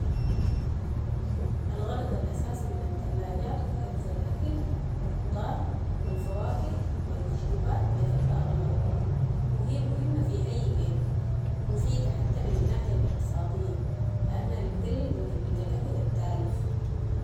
الغرض الاساسي من التلاجات هو حفظ الاكل و الخضار و الفواكه و المشروبات لفترة اطول و هي مهمة في اي بيت و مفيدة حتي من الناحية الاقتصادية لانها بتقلل من كمية الاكل التالف.